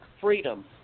freedom